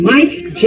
Mike